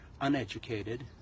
uneducated